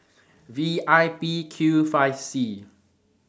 V I P Q five C